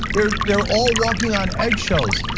they're they're all walking on eggshells.